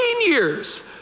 years